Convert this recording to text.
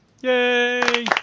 Yay